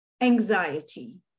anxiety